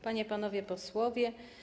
Panie i Panowie Posłowie!